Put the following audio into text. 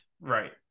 right